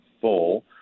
full